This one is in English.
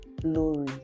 glory